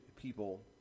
people